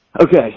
Okay